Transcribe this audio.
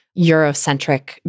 eurocentric